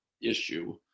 issue